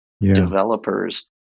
developers